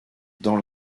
dans